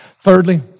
Thirdly